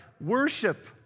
worship